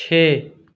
چھ